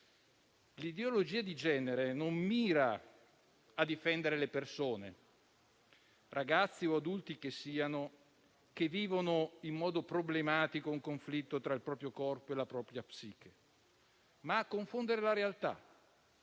L'ideologia di genere non mira a difendere le persone, ragazzi o adulti che siano, che vivono in modo problematico un conflitto tra il proprio corpo e la propria psiche, ma a confondere la realtà,